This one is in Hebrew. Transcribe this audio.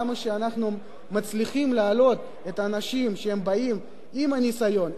כמה שאנחנו מצליחים להעלות את האנשים שבאים עם הניסיון,